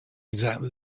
exactly